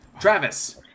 Travis